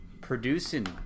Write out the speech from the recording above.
producing